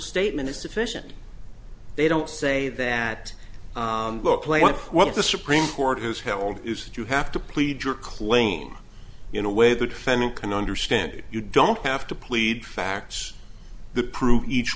statement is sufficient they don't say that look play what one of the supreme court has held is that you have to plead your claim in a way the defendant can understand you don't have to plead facts the prove each